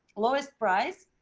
lowest prices,